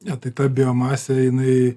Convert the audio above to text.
ne tai ta biomasė jinai